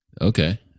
Okay